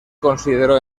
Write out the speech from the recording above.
consideró